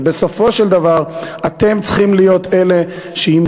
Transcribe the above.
ובסופו של דבר אתם צריכים להיות אלה שאם